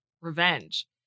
revenge